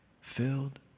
filled